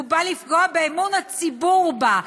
הוא נועד לפגוע באמון הציבור בה,